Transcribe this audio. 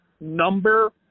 number